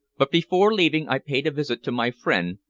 but before leaving i paid a visit to my friend,